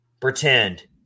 pretend